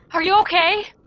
are you okay?